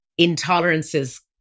intolerances